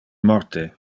morte